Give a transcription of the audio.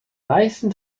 meisten